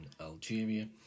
algeria